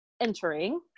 entering